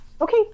Okay